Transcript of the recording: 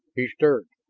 he stirred.